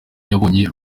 yabonye